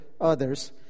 Others